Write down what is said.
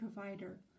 provider